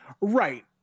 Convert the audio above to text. Right